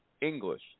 English